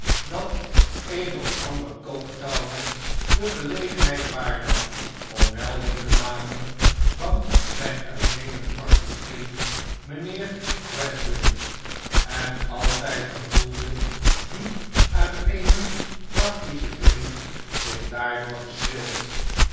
dat een of ander coketowner de gelegenheid waarnam om melding te maken van zijn uitnemend practischen vriend mijnheer gradgrind enaltijd gevoelde die uitnemend practische vriend zich daardoor gestreeld